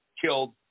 killed